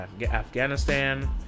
afghanistan